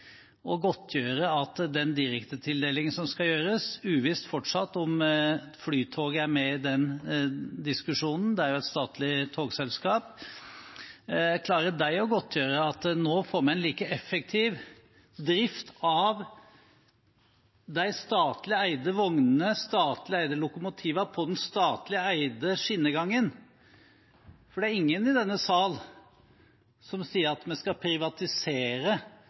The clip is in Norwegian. å godtgjøre at vi med den direktetildelingen som skal gjøres – det er fortsatt uvisst om Flytoget er med i den diskusjonen, det er jo et statlig togselskap – får en like effektiv drift av de statlig eide vognene og lokomotivene på den statlig eide skinnegangen? Det er ingen i denne salen som sier at man skal privatisere